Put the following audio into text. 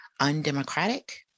undemocratic